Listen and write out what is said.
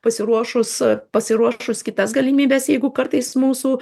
pasiruošus pasiruošus kitas galimybes jeigu kartais mūsų